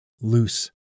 loose